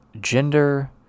gender